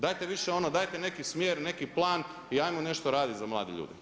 Dajte više ono, dajte neki smjer, neki plan i ajmo nešto raditi za mlade ljude.